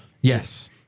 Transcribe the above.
Yes